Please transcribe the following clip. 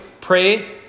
pray